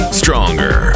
stronger